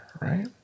right